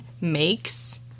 makes